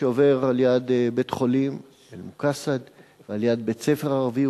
שעובר ליד בית-החולים "מוקאסד" ועל-יד בית-ספר ערבי,